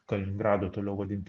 kaliningradą toliau vadinti